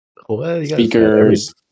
speakers